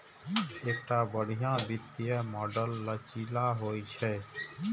एकटा बढ़िया वित्तीय मॉडल लचीला होइ छै